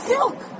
Silk